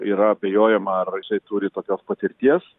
yra abejojama ar jisai turi tokios patirties